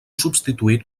substituït